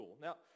Now